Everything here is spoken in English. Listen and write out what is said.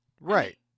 Right